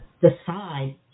decide